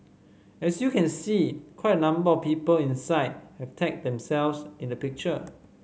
as you can see quite a number of people inside have tagged themselves in the picture